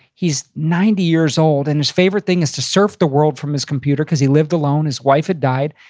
he's ninety years old, and his favorite thing is to surf the world from his computer cause he lived alone. his wife had died.